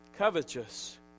Covetous